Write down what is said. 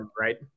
Right